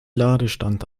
ladestand